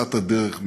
מפריצת הדרך,